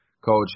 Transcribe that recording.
coach